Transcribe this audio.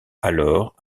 alors